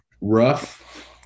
rough